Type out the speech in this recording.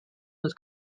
was